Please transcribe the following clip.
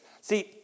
See